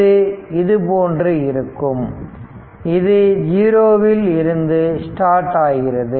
இது இது போன்று இருக்கும் இது 0 வில் இருந்து ஸ்டார்ட் ஆகிறது